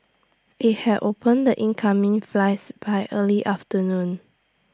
IT had opened the incoming flights by early afternoon